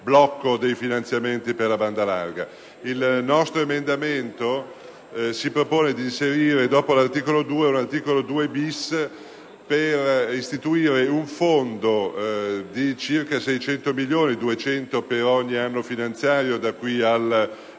Il nostro emendamento si propone di inserire, dopo l'articolo 2, un articolo 2-*bis* per istituire un fondo di circa 600 milioni (200 per ogni anno finanziario da qui al 2012)